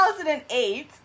2008